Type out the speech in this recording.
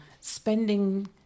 spending